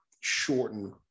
shorten